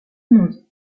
monde